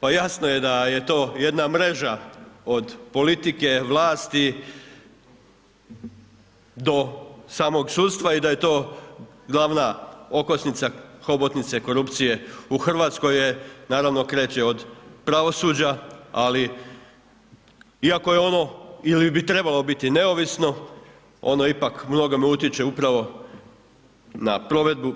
Pa jasno je da je to jedna mreža od politike, vlasti do samog sudstva i da je to glavna okosnica hobotnice korupcije, u Hrvatskoj je, naravno kreće od pravosuđa ali iako je ono ili bi trebalo biti neovisno ono ipak u mnogome utječe upravo na provedbu